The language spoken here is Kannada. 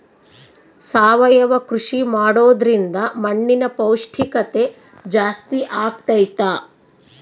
ಸಾವಯವ ಕೃಷಿ ಮಾಡೋದ್ರಿಂದ ಮಣ್ಣಿನ ಪೌಷ್ಠಿಕತೆ ಜಾಸ್ತಿ ಆಗ್ತೈತಾ?